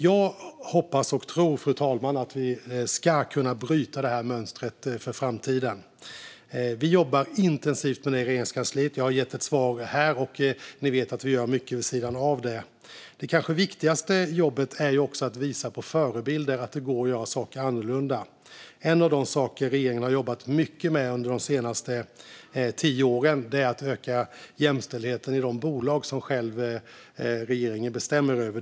Jag hoppas och tror att vi ska kunna bryta det här mönstret för framtiden. Vi jobbar intensivt med det i Regeringskansliet. Jag har gett ett svar här, och ni vet att vi gör mycket vid sidan av detta också. Det kanske viktigaste jobbet är också att visa på förebilder och på att det går att göra saker annorlunda. En av de saker som regeringen har jobbat mycket med under de senaste tio åren är att öka jämställdheten i de bolag som regeringen själv bestämmer över.